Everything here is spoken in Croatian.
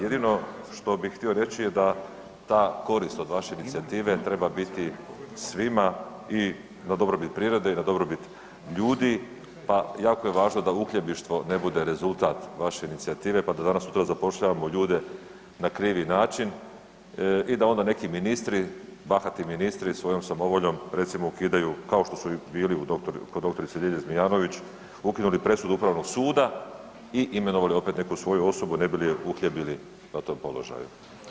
Jedino što bi htio reći da ta korist od vaše inicijative treba biti svima i na dobrobit prirode i na dobrobit ljudi, pa jako je važno da uhljebništvo ne bude rezultat vaše inicijative pa da danas sutra zapošljavamo ljude na krivi način i da onda neki ministri, bahati ministri svojom samovoljom recimo ukidaju kao što su i bili kod dr. Ljilje Zmijanović ukinuli presudu Upravnog suda i imenovali opet neku svoju osobu ne bi je uhljebili na tom položaju.